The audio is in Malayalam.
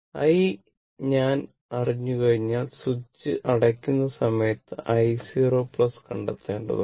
i ഞാൻ അറിഞ്ഞുകഴിഞ്ഞാൽ സ്വിച്ച് അടയ്ക്കുന്ന സമയത്ത് i 0 കണ്ടെത്തേണ്ടതുണ്ട്